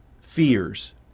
fears